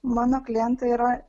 mano klientai yra